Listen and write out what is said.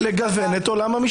כל מה שאני